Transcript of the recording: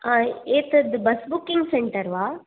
हा एतद् bus booking centre वा